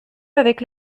avec